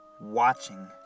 watching